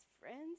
friends